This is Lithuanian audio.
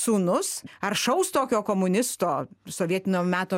sūnus aršaus tokio komunisto sovietinio meto